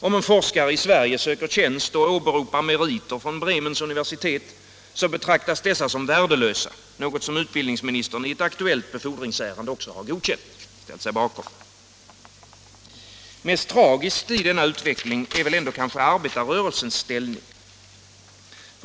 Om en forskare i Sverige söker tjänst och åberopar meriter från Bremens: universitet betraktas dessa som värdelösa, något som utbildningsministern i ett aktuellt befordringsärende också har godkänt och ställt sig bakom. Mest tragisk i hela denna utveckling är arbetarrörelsens ställning.